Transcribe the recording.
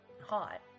hot